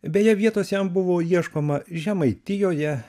beje vietos jam buvo ieškoma žemaitijoje